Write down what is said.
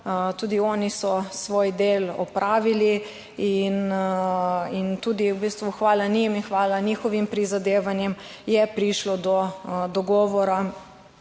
Tudi oni so svoj del opravili in in tudi v bistvu hvala njim in hvala njihovim prizadevanjem je prišlo do dogovora